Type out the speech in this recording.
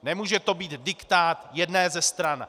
Nemůže to být diktát jedné ze stran.